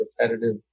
repetitive